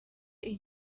igihe